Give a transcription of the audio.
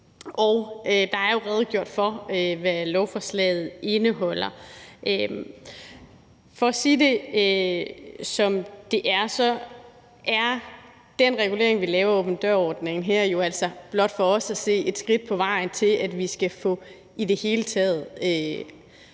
og der er jo redegjort for, hvad lovforslaget indeholder. For at sige det, som det er, er den regulering, vi laver af åben dør-ordningen, blot for os at se et skridt på vejen til, at vi i det hele taget